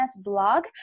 blog